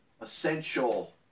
essential